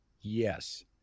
yes